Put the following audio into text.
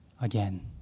again